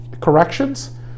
corrections